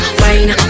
wine